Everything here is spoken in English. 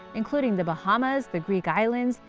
including the bahamas, the greek islands,